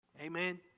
Amen